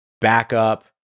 backup